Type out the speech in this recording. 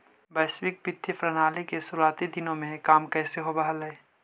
वैश्विक वित्तीय प्रणाली के शुरुआती दिनों में काम कैसे होवअ हलइ